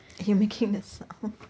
you're making the sound